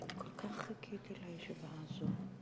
ולאתר את אלו שצריכים